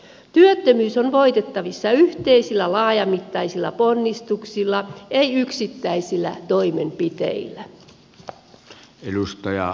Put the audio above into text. työttömyys on voitettavissa yhteisillä laajamittaisilla ponnistuksilla ei yksittäisillä toimenpiteillä